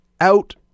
out